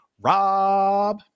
Rob